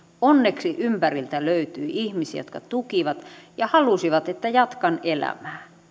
onneksi ympäriltä löytyi ihmisiä jotka tukivat ja halusivat että jatkan elämää